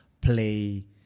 play